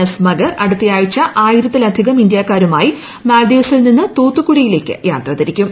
S Magar അടുത്തയാഴ്ച ആയിരത്തിലധികം ഇന്ത്യൂക്കാർു്മായി മാൽദ്വീവ്സിൽ നിന്ന് തൂത്തുക്കുടിയിലേക്ക് യാത്ര തിരിക്കും